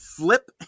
flip